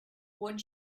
one